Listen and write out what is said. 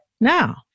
now